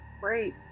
Great